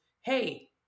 hey